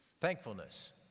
thankfulness